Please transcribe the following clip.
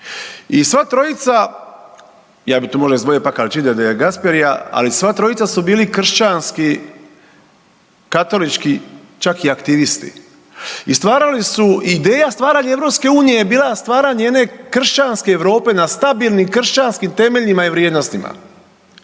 i sva trojica, ja bi tu možda izdvojio Alcida De Gasperia, ali sva trojica su bili kršćanski katolički čak i aktivisti i stvarali su ideja stvaranja EU je bila stvaranje jedne kršćanske Europe na stabilnim kršćanskim temeljima i vrijednostima.